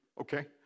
okay